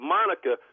Monica